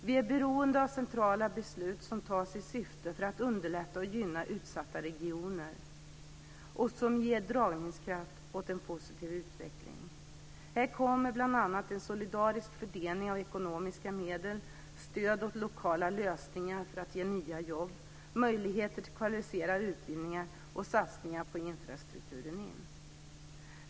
Vi är beroende av centrala beslut som fattas i syfte att underlätta och gynna utsatta regioner och som ger dragkraft åt en positiv utveckling. Här kommer bl.a. en solidarisk fördelning av ekonomiska medel, stöd åt lokala lösningar för att ge nya jobb, möjligheter till kvalificerad utbildning och satsningar på infrastrukturen in.